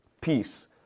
peace